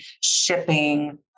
shipping